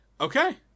Okay